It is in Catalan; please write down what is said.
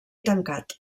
tancat